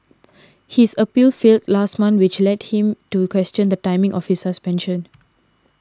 his appeal failed last month which led him to question the timing of his suspension